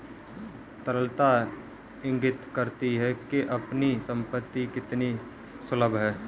तरलता इंगित करती है कि आपकी संपत्ति कितनी सुलभ है